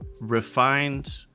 refined